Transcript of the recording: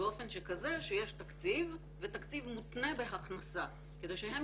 באופן שכזה שיש תקציב ותקציב מותנה בהכנסה כדי שהם